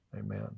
Amen